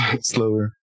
slower